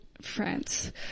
France